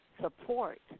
support